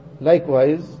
likewise